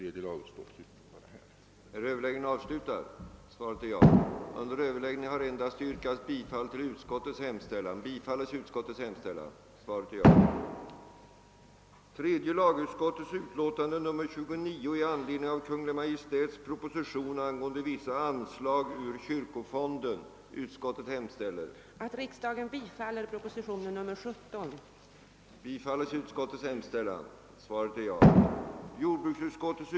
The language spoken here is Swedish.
tige i riksgäldskontoret att under budgetåret 1969/70 för lån mot gängse ränta ställa garanti åt föreningen Svensk fisk intill ett belopp av 5 000 000 kr. jämte ränta.